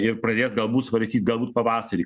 ir pradės galbūt svarstyt galbūt pavasarį